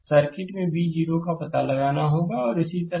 इसलिए सर्किट में v 0 का पता लगाना होगा और इसी तरह